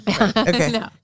Okay